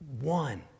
one